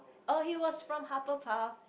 oh he was from Hufflepuff